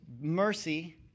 mercy